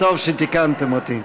טוב שתיקנתם אותי.